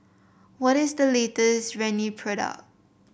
what is the latest Rene product